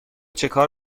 چکار